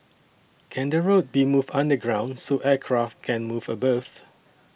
can the road be moved underground so aircraft can move above